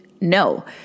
No